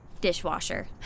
Dishwasher